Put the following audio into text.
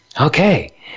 okay